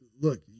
look